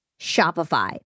Shopify